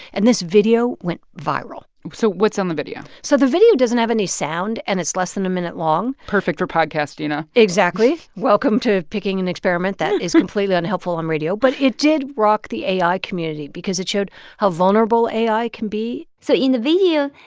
and this video went viral so what's on the video? so the video doesn't have any sound, and it's less than a minute long perfect for podcasts, dina exactly welcome to picking an experiment that is completely unhelpful on radio. but it did rock the ai community because it showed how vulnerable ai can be so in the video,